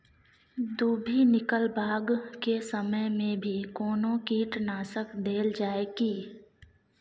दुभी निकलबाक के समय मे भी कोनो कीटनाशक देल जाय की?